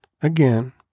again